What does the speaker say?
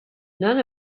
none